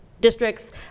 Districts